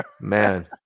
man